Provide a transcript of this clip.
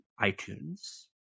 iTunes